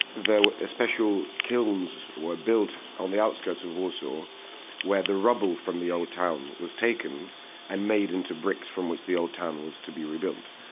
ah special kilns were built on the outskirts of warsaw where the rubble from the old town was taken and made into bricks from which the old town was to be rebuilt.